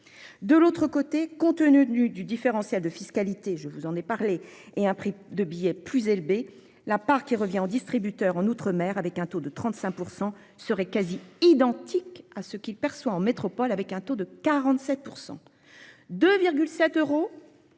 De l'autre côté, compte tenu du différentiel de fiscalité. Je vous en ai parlé et un prix de billet plus Elbé la part qui revient aux distributeurs en outre-mer avec un taux de 35% seraient quasi identique à ce qu'il perçoit en métropole avec un taux de 47%. De cet euro.